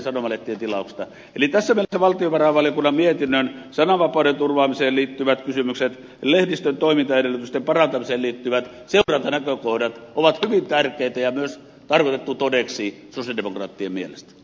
eli tässä mielessä valtiovarainvaliokunnan mietinnön sananvapauden turvaamiseen liittyvät kysymykset lehdistön toimintaedellytysten parantamiseen liittyvät seurantanäkökohdat ovat hyvin tärkeitä ja myös tarkoitettu todeksi sosialidemokraattien mielestä